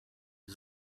wie